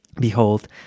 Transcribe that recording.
behold